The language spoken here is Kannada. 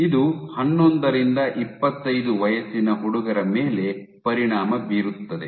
ಇದು ಹನ್ನೊಂದರಿಂದ ಇಪ್ಪತೈದು ವಯಸ್ಸಿನ ಹುಡುಗರ ಮೇಲೆ ಪರಿಣಾಮ ಬೀರುತ್ತದೆ